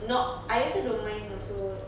not I also don't mind also